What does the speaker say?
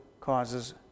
causes